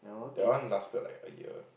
that one lasted like a year